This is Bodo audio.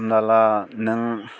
हमना ला नों